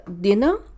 dinner